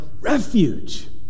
refuge